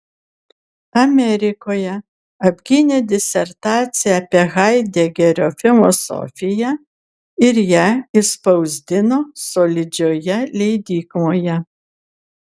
amerikoje apgynė disertaciją apie haidegerio filosofiją ir ją išspausdino solidžioje leidykloje